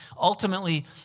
ultimately